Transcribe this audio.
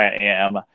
IAM